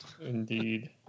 Indeed